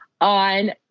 on